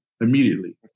immediately